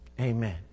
Amen